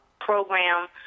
program